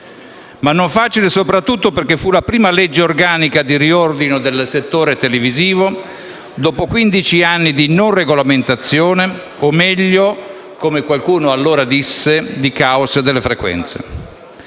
Ma non era facile soprattutto perché fu la prima legge organica di riordino del settore televisivo dopo quindici anni di non regolamentazione, o meglio, come qualcuno allora disse, di caos delle frequenze.